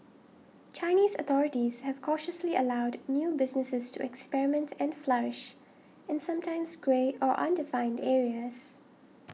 Chinese authorities have cautiously allowed new businesses to experiment and flourish in sometimes grey or undefined areas